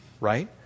right